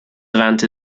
event